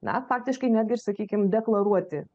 na faktiškai netgi ir sakykim deklaruoti